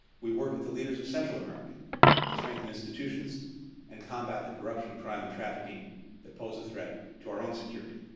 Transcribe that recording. we've worked with the leaders of central america to strengthen institutions and combat the corruption, crime and trafficking that pose a threat to our own security.